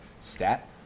stat